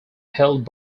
health